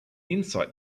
insight